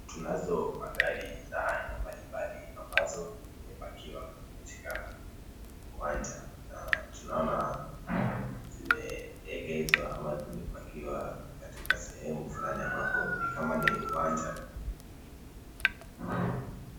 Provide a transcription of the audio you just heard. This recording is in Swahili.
Tunazo magari za aina mbalimbali, ambazo zimepakiwa katika uwanja na tunaona zimeegezwa ama zimepakiwa katika sehemu flani ambapo ni kama ni uwanja.